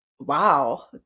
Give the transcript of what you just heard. wow